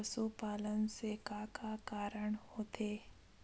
पशुपालन से का का कारण होथे?